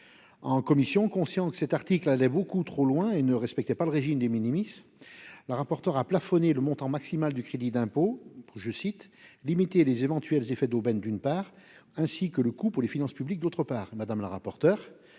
En commission, conscient que cet article allait beaucoup trop loin et ne respectait pas le régime des minimise la rapporteure à plafonner le montant maximal du crédit d'impôt pour, je cite, limiter les éventuels effets d'aubaine, d'une part, ainsi que le coût pour les finances publiques. D'autre part, madame la rapporteure